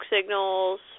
signals